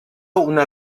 una